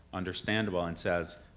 understandable, and says,